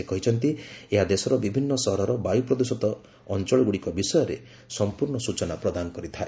ସେ କହିଛନ୍ତି ଏହା ଦେଶର ବିଭିନ୍ନ ସହରର ବାୟୁ ପ୍ରଦୂଷିତ ଅଞ୍ଚଳଗୁଡ଼ିକ ବିଷୟରେ ସଂପୂର୍ଣ୍ଣ ସ୍କଚନା ପ୍ରଦାନ କରିଥାଏ